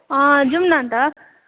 अँ जाऔँ अन्त